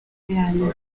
yanyu